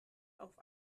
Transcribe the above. auf